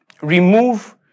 remove